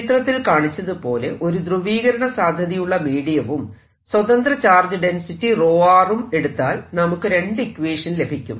ചിത്രത്തിൽ കാണിച്ചതുപോലെ ഒരു ധ്രുവീകരണ സാധ്യതയുള്ള മീഡിയവും സ്വതന്ത്ര ചാർജ് ഡെൻസിറ്റി ρ ഉം എടുത്താൽ നമുക്ക് രണ്ട് ഇക്വേഷൻ ലഭിക്കും